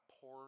poor